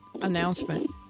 announcement